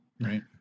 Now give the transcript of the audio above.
Right